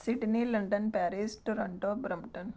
Sydney London Paris Toronto Brampton